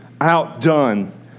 outdone